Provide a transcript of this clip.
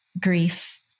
grief